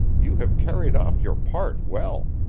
you have carried off your part well.